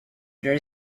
there